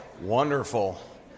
Wonderful